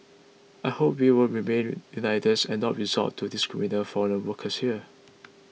I hope we will remained united and not resort to discriminating foreign workers here